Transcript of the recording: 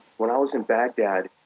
when i was in baghdad,